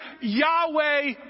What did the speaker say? Yahweh